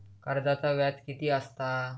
कर्जाचा व्याज कीती असता?